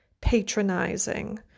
patronizing